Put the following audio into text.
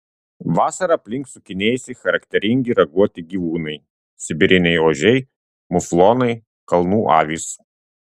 vasarą aplink sukinėjasi charakteringi raguoti gyvūnai sibiriniai ožiai muflonai kalnų avys